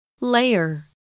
Layer